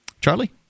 Charlie